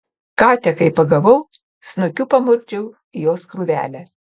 katę kai pagavau snukiu pamurkdžiau į jos krūvelę